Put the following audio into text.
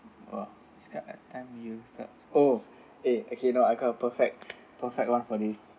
!wah! skype time you felt oh eh okay now I got a perfect perfect one for this